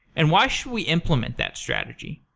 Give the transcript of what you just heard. and why should we implement that strategy?